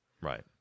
Right